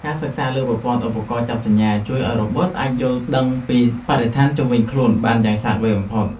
ការសិក្សាលើប្រព័ន្ធឧបករណ៍ចាប់សញ្ញាជួយឱ្យរ៉ូបូតអាចយល់ដឹងពីបរិស្ថានជុំវិញខ្លួនបានយ៉ាងឆ្លាតវៃបំផុត។